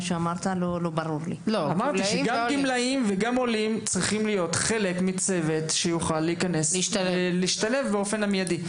אמרתי שגם גמלאים וגם עולים צריכים להיות חלק מצוות שישתלב באופן מיידי.